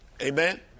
Amen